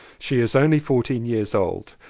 she is only fourteen years old.